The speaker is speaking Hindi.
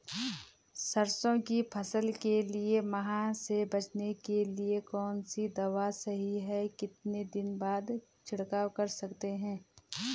सरसों की फसल के लिए माह से बचने के लिए कौन सी दवा सही है कितने दिन बाद छिड़काव कर सकते हैं?